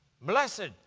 Blessed